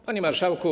Panie Marszałku!